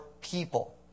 people